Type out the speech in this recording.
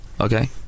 Okay